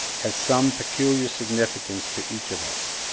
has some peculiar significance to each of us.